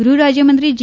ગુહરાજ્યમંત્રી જી